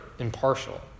Impartial